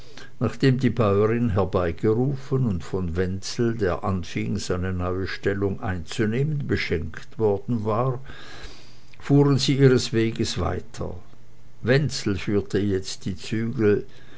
nachdem die bäuerin herbeigerufen und von wenzel der anfing seine neue stellung einzunehmen beschenkt worden war fuhren sie ihres weges weiter wenzel führte jetzt die zügel